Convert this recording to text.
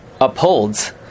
upholds